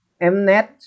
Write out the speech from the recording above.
Mnet